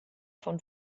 von